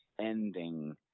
ending